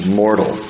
mortal